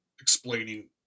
explaining